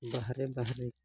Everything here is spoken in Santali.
ᱵᱟᱦᱨᱮ ᱵᱟᱦᱨᱮ